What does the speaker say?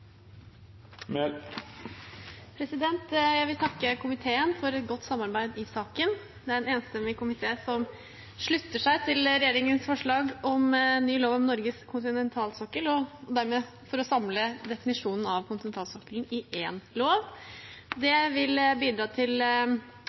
vil takke komiteen for et godt samarbeid i saken. Det er en enstemmig komité som slutter seg til regjeringens forslag om en ny lov om Norges kontinentalsokkel og dermed samle definisjonen av kontinentalsokkelen i én lov. Det